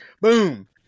boom